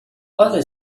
other